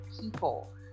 people